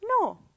No